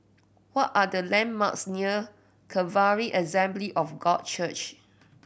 what are the landmarks near Calvary Assembly of God Church